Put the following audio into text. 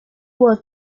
were